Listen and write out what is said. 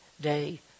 day